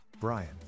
Brian